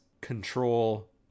control